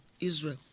Israel